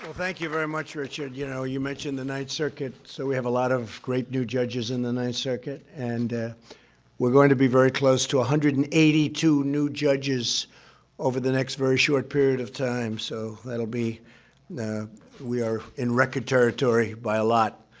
thank you very much, richard. you know, you mention the ninth circuit. so, we have a lot of great new judges in the ninth circuit, and we're going to be very close to one hundred and eighty two new judges over the next very short period of time. so that'll be we are in record territory by a lot.